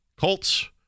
Colts